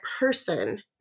person